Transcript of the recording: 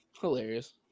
hilarious